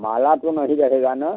माला तो नहीं रहेगा न